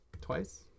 Twice